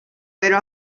pero